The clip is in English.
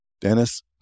Dennis